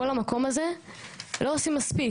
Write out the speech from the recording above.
כל המקום הזה לא עושים מספיק.